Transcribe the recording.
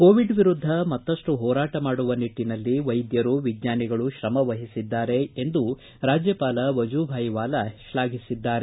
Covid ವಿರುದ್ದ ಮತ್ತಷ್ಟು ಹೋರಾಟ ಮಾಡುವ ನಿಟ್ಟನಲ್ಲಿ ವೈದ್ಯರು ವಿಜ್ವಾನಿಗಳು ಶ್ರಮ ವಹಿಸಿದ್ದಾರೆ ಎಂದು ರಾಜ್ಯಪಾಲ ವಜೂಭಾಯ್ ವಾಲಾ ಶ್ಲಾಭಿಸಿದ್ದಾರೆ